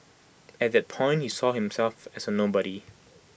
at that point he saw himself as A nobody